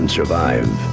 survive